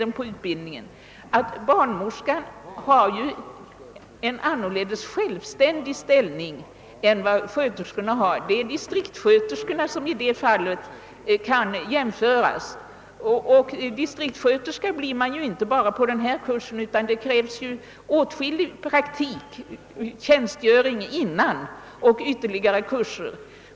Barnmorskorna har ju på ett helt annat sätt än sjuksköterskorna en självständig ställning. Det är väl närmast distriktssköterskorna som i det fallet kan jämföras med barnmorskorna, och distriktssköterska blir man ju inte bara genom en sådan här kurs, utan därutöver krävs åtskillig praktiktjänstgöring och dessutom ytterligare kurser.